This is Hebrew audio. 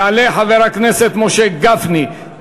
יעלה חבר הכנסת משה גפני.